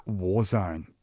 Warzone